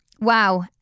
Wow